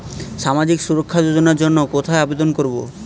সামাজিক সুরক্ষা যোজনার জন্য কোথায় আবেদন করব?